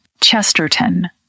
Chesterton